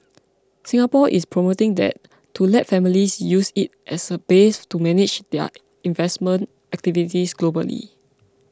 Singapore is promoting that to let families use it as a base to manage their investment activities globally